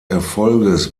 erfolges